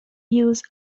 use